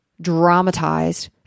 dramatized